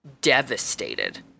devastated